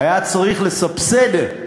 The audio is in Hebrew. היה צריך לסבסד את